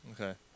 Okay